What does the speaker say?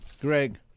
Greg